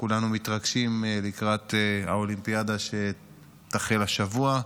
כולנו מתרגשים לקראת האולימפיאדה שתחל השבוע.